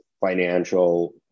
financial